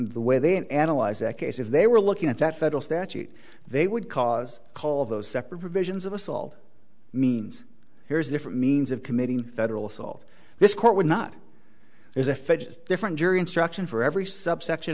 the way they analyze that case if they were looking at that federal statute they would cause call of those separate provisions of assault means here's a different means of committing federal assault this court would not there's a different jury instruction for every subsection